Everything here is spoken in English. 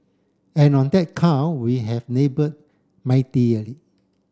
and on that count we have laboured